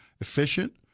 efficient